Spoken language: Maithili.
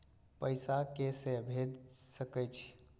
पैसा के से भेज सके छी?